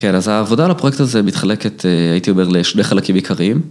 כן, אז העבודה על הפרויקט הזה מתחלקת, הייתי אומר, לשני חלקים עיקריים.